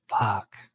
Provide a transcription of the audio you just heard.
Fuck